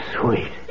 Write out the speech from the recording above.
sweet